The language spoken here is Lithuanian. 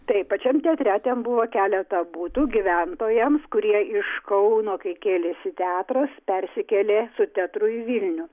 taip pačiam teatre ten buvo keletą butų gyventojams kurie iš kauno kai kėlėsi teatras persikėlė su teatru į vilnių